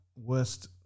worst